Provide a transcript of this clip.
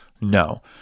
No